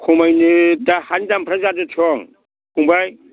खमायनो दा हानि दामफ्रानो जाग्रोथों फंबाय